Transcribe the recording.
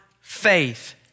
faith